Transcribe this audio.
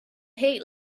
heat